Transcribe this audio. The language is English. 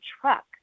truck